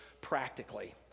practically